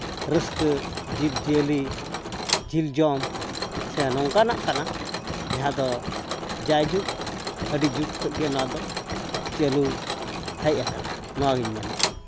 ᱨᱟᱹᱥᱠᱟᱹ ᱡᱤᱵᱽᱼᱡᱤᱭᱟᱹᱞᱤ ᱡᱤᱞ ᱡᱚᱢ ᱥᱮ ᱱᱚᱝᱠᱟᱱᱟᱜ ᱠᱟᱱᱟ ᱡᱟᱦᱟᱸ ᱫᱚ ᱡᱟᱭᱡᱩᱜᱽ ᱟᱹᱰᱤ ᱡᱩᱜᱽ ᱠᱷᱚᱱ ᱜᱮ ᱱᱚᱣᱟᱫᱚ ᱪᱟᱹᱞᱩ ᱦᱮᱡ ᱟᱠᱟᱱᱟ ᱱᱚᱣᱟᱜᱤᱧ ᱢᱮᱱᱟ